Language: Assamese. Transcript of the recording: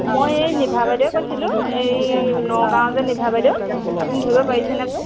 মই এই নিভা বাইদেউৱে কৈছিলোঁ এই নগাঁৱৰ যে নিভা বাইদেউ আপুনি ধৰিব পাৰিছেনে বাৰু